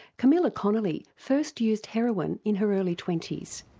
camilla connolly first used heroin in her early twenty s.